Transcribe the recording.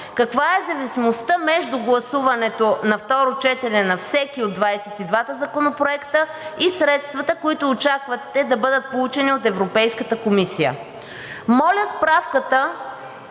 каква е зависимостта между гласуването на второ четене на всеки от 22-та законопроекта и средствата, които очаквате да бъдат получени от Европейската комисия?